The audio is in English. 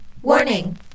Warning